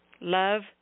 love